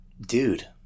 dude